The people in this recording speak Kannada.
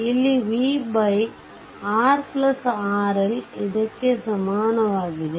ಇಲ್ಲಿ v RRL ಇದಕ್ಕೆ ಸಮಾನವಾಗಿದೆ